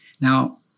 Now